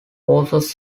forces